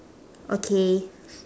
okay